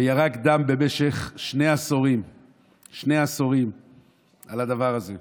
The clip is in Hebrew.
הוא ירק דם במשך שני עשורים על הדבר הזה.